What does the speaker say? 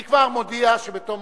אני כבר מודיע שבתום